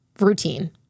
routine